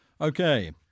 Okay